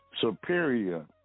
Superior